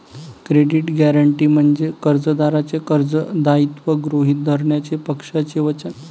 credit guarantee म्हणजे कर्जदाराचे कर्ज दायित्व गृहीत धरण्याचे पक्षाचे वचन